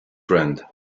friend